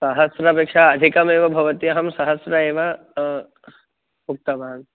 सहस्रपेक्षा अधिकमेव भवति अहं सहस्रम् एव उक्तवान्